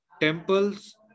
temples